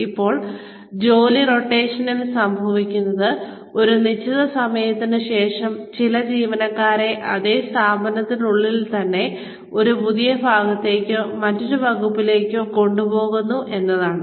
ഇപ്പോൾ ജോലി റൊട്ടേഷനിൽ സംഭവിക്കുന്നത് ഒരു നിശ്ചിത സമയത്തിന് ശേഷം ചില ജീവനക്കാരെ അതേ സ്ഥാപനത്തിനുള്ളിൽ തന്നെ ഒരു പുതിയ ഭാഗത്തേക്കോ മറ്റൊരു വകുപ്പിലേക്കോ കൊണ്ടുപോകുന്നു എന്നതാണ്